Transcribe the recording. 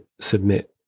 submit